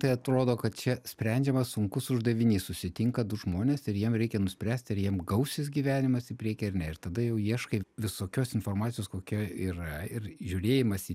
tai atrodo kad čia sprendžiamas sunkus uždavinys susitinka du žmonės ir jiem reikia nuspręsti ar jiem gausis gyvenimas į priekį ar ne ir tada jau ieškai visokios informacijos kokia yra ir žiūrėjimas į